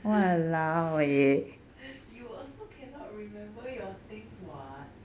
you also cannot remember your things what